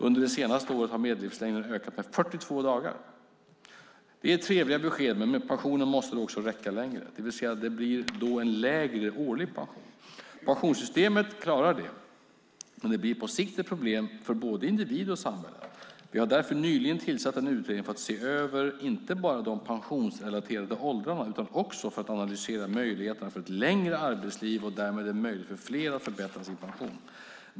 Under det senaste året har medellivslängden ökat med 42 dagar. Det är trevliga besked, men pensionen måste då också räcka längre, vilket innebär att det blir en lägre årlig pension. Pensionssystemet klarar detta, men det blir på sikt ett problem för både individ och samhälle. Vi har därför nyligen tillsatt en utredning för att se över inte bara de pensionsrelaterade åldrarna utan också för att analysera möjligheterna för ett längre arbetsliv och därmed en möjlighet för fler att förbättra sin pension.